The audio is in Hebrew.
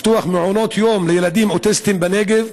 לפתוח מעונות יום לילדים אוטיסטים בנגב,